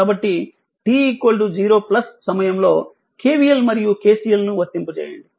కాబట్టి t 0 సమయంలో KVL మరియు KCL ను వర్తింపజేయండి